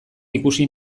ikusi